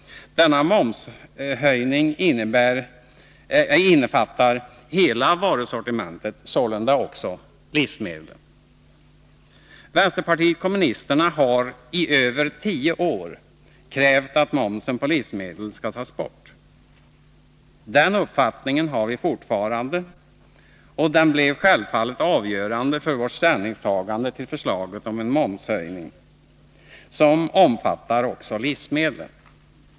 Denna momshöjning innefattar hela varusortimentet, sålunda också livsmedlen. Vänsterpartiet kommunisterna har i över tio år krävt att momsen på livsmedel skall tas bort. Den uppfattningen har vi fortfarande, och den blev självfallet avgörande för vårt ställningstagande till förslaget om en momshöjning som omfattar också livsmedlen.